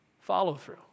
follow-through